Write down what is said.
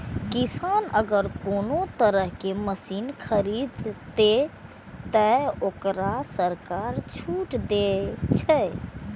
किसान अगर कोनो तरह के मशीन खरीद ते तय वोकरा सरकार छूट दे छे?